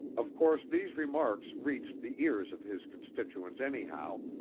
of course these remarks reached the ears of his constituents anyhow,